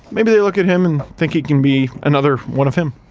maybe they look at him and think he can be another one of him.